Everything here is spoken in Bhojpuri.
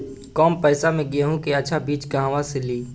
कम पैसा में गेहूं के अच्छा बिज कहवा से ली?